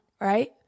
right